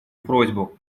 просьбу